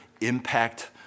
impact